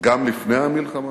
גם לפני המלחמה,